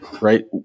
right